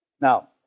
Now